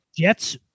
Jets